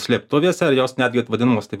slėptuvėse ir jos netgi taip vadinamos taip